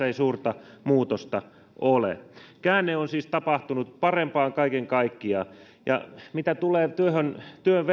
ei suurta muutosta ole käänne on siis tapahtunut parempaan kaiken kaikkiaan mitä tulee työn